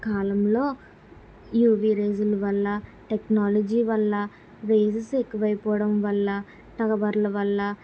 కాలంలో UV region వల్ల technology వల్ల వేజస్ ఎక్కువైపోవడం వల్ల టవర్ల వల్ల